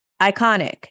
iconic